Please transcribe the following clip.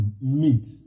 meat